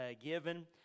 given